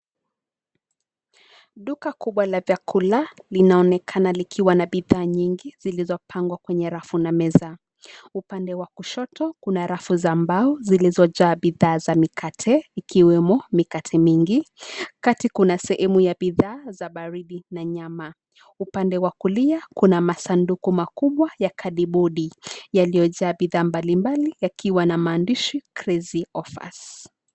Duka kubwa la vyakula linaonekana likiwa na bidhaa nyingi zilizopangwa kwenye rafu na meza. Upande wa kushoto kuna rafu za mbao zilizojaa bidhaa za mikate ikiwemo mikate mingi, kati kuna sehemu ya bidhaa za baridi na nyama. Upande wa kulia kuna masanduku makubwa ya kadibodi yaliyojaa bidhaa mbalimbali yakiwa na maandishi crazy offer .